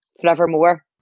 forevermore